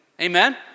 Amen